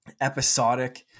episodic